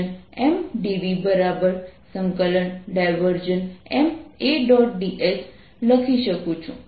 તેથી આપણે તે જોઈ શકીએ છીએ આપણે આ r ≤ R માટે R24π0 cosr Rsindd r30 cosθ લખી શકીએ